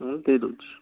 ଦେଇ ଦେଉଛି